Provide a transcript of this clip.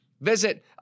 Visit